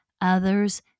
others